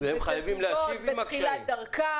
והם חייבים להשיב למרות הקשיים.